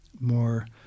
more